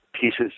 pieces